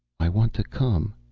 i want to come.